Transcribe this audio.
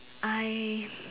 I